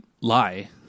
lie